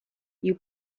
you